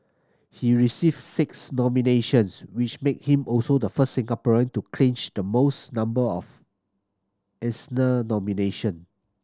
he received six nominations which made him also the first Singaporean to clinch the most number of Eisner nomination